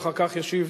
אחר כך ישיב